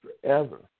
forever